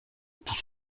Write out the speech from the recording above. tout